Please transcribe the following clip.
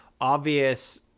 obvious